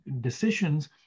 decisions